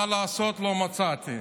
מה לעשות, לא מצאתי.